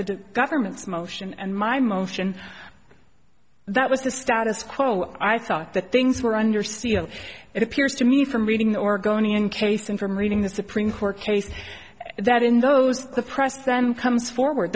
the government's motion and my motion that was the status quo i thought that things were under seal it appears to me from reading orgone encasing from reading the supreme court case that in those the press then comes forward